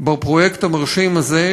בפרויקט המרשים הזה,